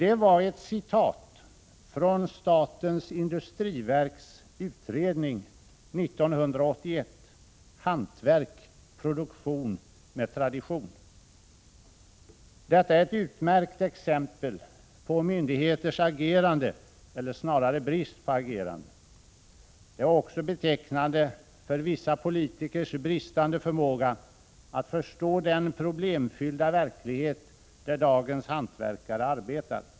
Detta var ett citat från statens industriverks utredning 1981, Hantverk — produktion med tradition. Detta är ett utmärkt exempel på myndigheters agerande — eller snarare brist på agerande. Det är också betecknande för vissa politikers bristande förmåga att förstå den problemfyllda verklighet där dagens hantverkare arbetar.